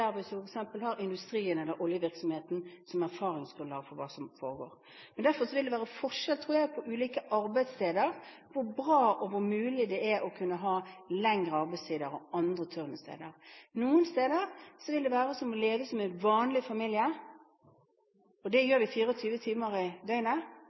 har industrien eller oljevirksomheten som erfaringsgrunnlag for hva som foregår. Men derfor vil det være forskjell, tror jeg, på ulike arbeidssteder på hvor bra og hvor mulig det er å kunne ha lengre arbeidstider og andre turnussteder. Noen steder vil det være som å leve som en vanlig familie – og det gjør vi 24 timer i døgnet,